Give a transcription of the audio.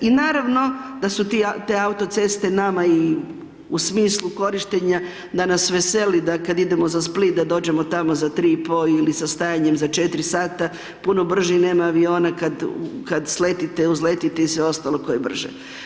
I naravno da su te autoceste i nama u smislu korištenja da nas veseli da kad idemo za Split da dođemo tamo za 3,5 ili sa stajanjem za 4 sata, puno brže nema aviona kada sletite, uzletite i sve ostalo tko je brže.